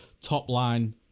top-line